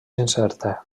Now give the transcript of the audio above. incerta